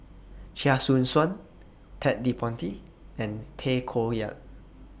Chia Choo Suan Ted De Ponti and Tay Koh Yat